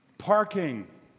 parking